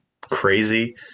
crazy